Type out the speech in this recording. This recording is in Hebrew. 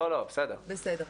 בסדר.